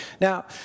Now